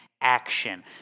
action